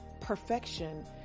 perfection